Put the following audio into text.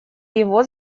его